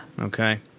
okay